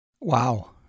wow